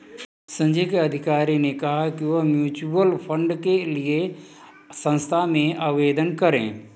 संजय के अधिकारी ने कहा कि वह म्यूच्यूअल फंड के लिए संस्था में आवेदन करें